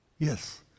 Yes